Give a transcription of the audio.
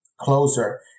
closer